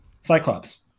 Cyclops